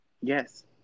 Yes